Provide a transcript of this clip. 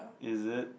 is it